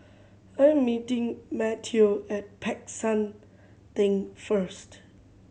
I'm meeting Mateo at Peck San Theng first